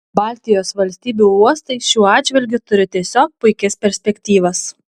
baltijos valstybių uostai šiuo atžvilgiu turi tiesiog puikias perspektyvas